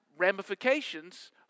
ramifications